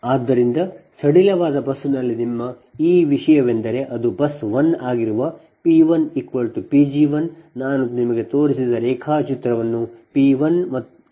ಆದ್ದರಿಂದ ಸಡಿಲವಾದ ಬಸ್ನಲ್ಲಿ ನಿಮ್ಮ ಈ ವಿಷಯವೆಂದರೆ ಅದು ಬಸ್ 1 ಆಗಿರುವ P1 PG1 ನಾನು ನಿಮಗೆ ತೋರಿಸಿದ ರೇಖಾಚಿತ್ರವನ್ನು ನೀವು P1 PG1 ಎಂದು ತೋರಿಸಿದ್ದೀರಿ ಅಂದರೆ ಇದು